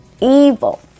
evil